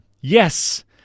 Yes